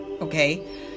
okay